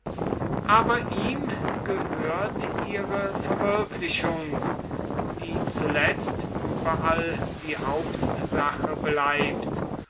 aber ihm gehört ihre verwirklichung die zuletzt überall die hauptsache bleibt